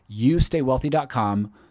youstaywealthy.com